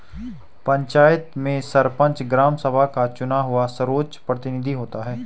पंचायत में सरपंच, ग्राम सभा का चुना हुआ सर्वोच्च प्रतिनिधि होता है